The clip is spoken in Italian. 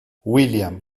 william